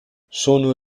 sono